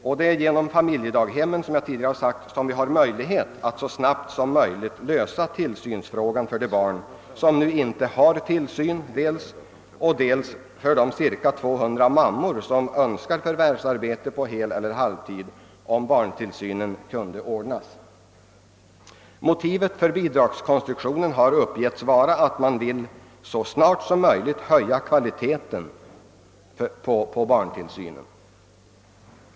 Det är också genom dessa hem som vi, såsom jag tidigare framhållit, har möjlighet att så snabbt som möjligt lösa tillsynsfrågan dels för de barn som inte får någon tillsyn, dels för de cirka 200 000 mödrar som önskar arbete på heloch halvtid om barntillsynen kunde ordnas. Motivet för bidragskonstruktionen har angivits vara att man så snart som möjligt vill höja kvaliteten på barntillsynen.